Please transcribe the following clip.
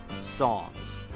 songs